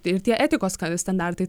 ir tie etikos standartai